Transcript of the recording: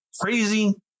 crazy